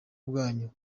bwanyu